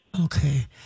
Okay